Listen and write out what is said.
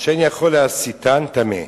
שאין יכול להסיטן טמא".